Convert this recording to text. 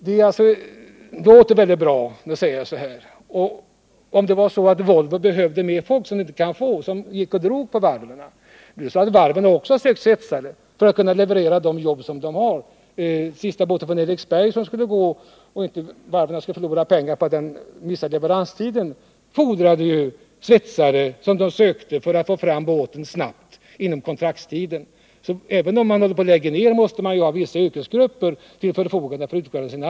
Det låter väldigt bra att säga att svetsarna kan flyttas — om det nu vore så att Volvo behövde mer folk, som man inte kunde få och som gick och drog på varven! Men varven har också sökt svetsare för att kunna leverera de beställningar de har. När den sista båten skulle gå från Eriksberg var det nödvändigt att anställa svetsare — för att man inte skulle missa leveranstiden utan få fram båten snabbt och inom kontraktstiden. Även om man håller på att lägga ned måste man alltså ha vissa yrkesgrupper till förfogande för att fullfölja arbetena.